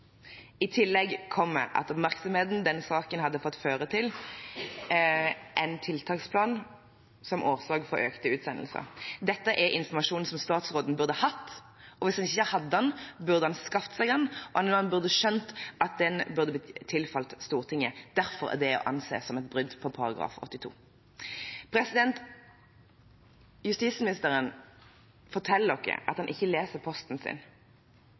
I tillegg kom – etter den oppmerksomheten denne saken hadde ført til – en tiltaksplan som årsak til økte utsendelser. Dette er informasjon som statsråden burde hatt, og hvis han ikke hadde den, burde han ha skaffet seg den. Han burde ha skjønt at den burde ha tilfalt Stortinget. Derfor er det å anse som et brudd på § 82. Justisministeren forteller oss at han ikke leser posten sin.